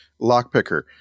lockpicker